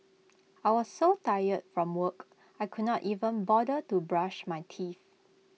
I was so tired from work I could not even bother to brush my teeth